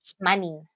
money